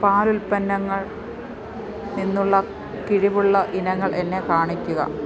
പാലുൽപ്പന്നങ്ങൾ നിന്നുള്ള കിഴിവുള്ള ഇനങ്ങൾ എന്നെ കാണിക്കുക